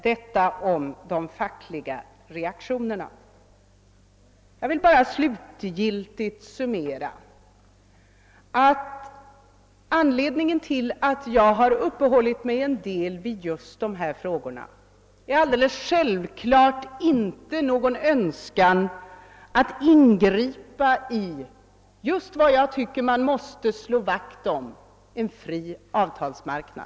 Detta om de fackliga reaktionerna. Slutligen vill jag säga att anledningen till att jag något uppehållit mig vid dessa frågor självfallet inte är någon Önskan att ingripa beträffande just vad jag tycker att man måste slå vakt om, nämligen en fri avtalsmarknad.